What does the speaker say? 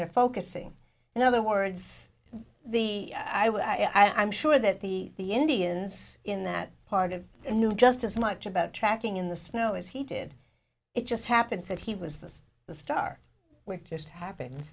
they're focusing in other words the i i'm sure that the the indians in that part of new just as much about tracking in the snow as he did it just happens that he was this the star which just happen